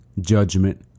judgment